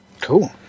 Cool